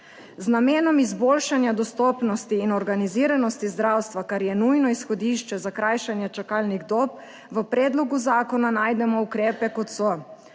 z namenom izboljšanja dostopnosti in organiziranosti zdravstva, kar je nujno izhodišče za krajšanje čakalnih dob. V predlogu zakona najdemo ukrepe, kot so